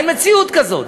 אין מציאות כזאת.